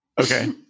Okay